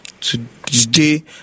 today